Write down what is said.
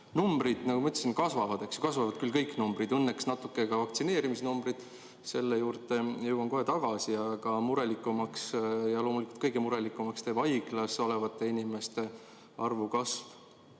Numbrid, nagu ma ütlesin, kasvavad, ja kasvavad kõik numbrid, õnneks natuke ka vaktsineerimisnumbrid. Selle juurde jõuan kohe tagasi. Aga murelikuks ja loomulikult kõige murelikumaks teeb haiglas olevate inimeste arvu kasv